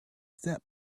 step